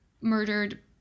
murdered